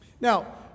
Now